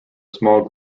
small